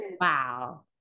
wow